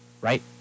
Right